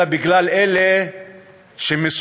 אלא בגלל אלה שמסומנים,